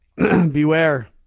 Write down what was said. Beware